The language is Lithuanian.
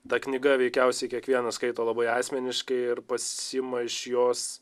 ta knyga veikiausiai kiekvienas skaito labai asmeniškai ir pasiima iš jos